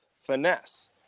finesse